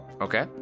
Okay